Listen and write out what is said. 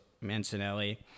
Mancinelli